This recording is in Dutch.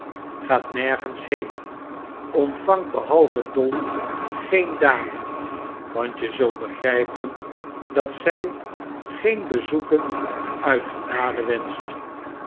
gaat nergens heen ontvangt behalve dolly geen dame want je zult begrijpen dat zij geen bezoeken uit genade wenscht